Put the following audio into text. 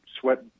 sweat